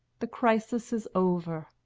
the crisis is over.